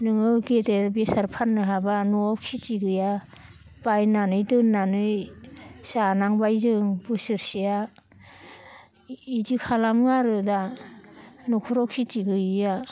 नोङो गेदेर बेसार फाननो हाब्ला न'आव खिथि गैया बायनानै दोननानै जानांबाय जों बोसोरसेया इदि खालामो आरो दा न'खराव खिथि गैयिया